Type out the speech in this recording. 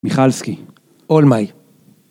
‫מיכלסקי, עולמי.